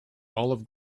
olive